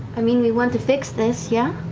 i mean, we want to fix this, yeah?